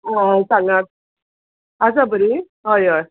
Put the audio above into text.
आ सांगात आसा बरी हय अय